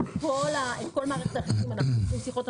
אנחנו עושים סקירות,